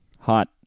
Hot